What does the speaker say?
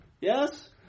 Yes